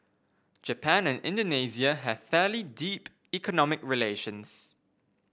Japan and Indonesia have fairly deep economic relations